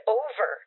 over